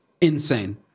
insane